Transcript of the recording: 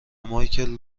مایکل